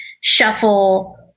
shuffle